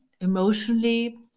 emotionally